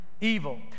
evil